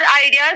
ideas